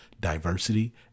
diversity